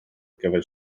gyfer